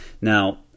Now